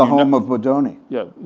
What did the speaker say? the home of bodoni. yeah.